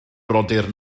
brodyr